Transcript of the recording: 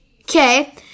Okay